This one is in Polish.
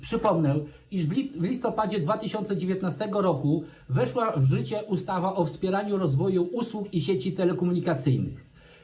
Przypomnę, iż w listopadzie 2019 r. weszła w życie ustawa o wspieraniu rozwoju usług i sieci telekomunikacyjnych.